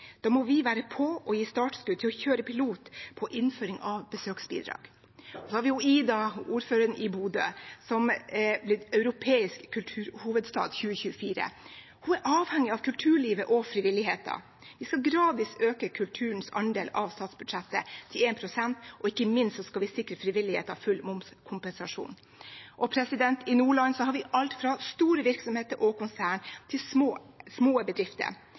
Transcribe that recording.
Da må vi må være på og gi startskudd til å kjøre pilot på innføring av besøksbidrag. Så har vi Ida, ordføreren i Bodø, som er blitt Europeisk kulturhovedstad 2024. Hun er avhengig av kulturlivet og frivilligheten. Vi skal gradvis øke kulturens andel av statsbudsjettet til 1 pst., og ikke minst skal vi sikre frivilligheten full momskompensasjon. I Nordland har vi alt fra store virksomheter og konsern til små bedrifter. Vi skal ha en næringspolitikk som både satser på de små,